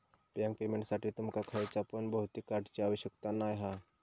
bank पेमेंटसाठी तुमका खयच्या पण भौतिक कार्डची आवश्यकता नाय हा